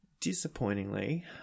Disappointingly